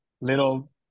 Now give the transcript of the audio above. little